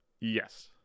Yes